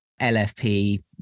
LFP